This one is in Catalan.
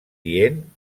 dient